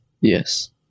Yes